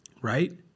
Right